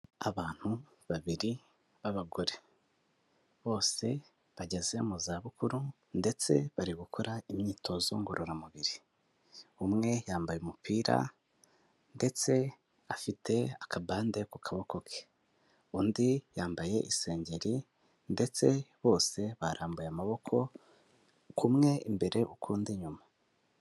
Abantu babiri b'abagore, bose bageze mu zabukuru ndetse bari gukora imyitozo ngororamubiri umwe yambaye umupira ndetse afite akabande ku kaboko ke, undi yambaye isengeri ndetse bose barambuye amaboko, kumwe imbere ukundi inyuma.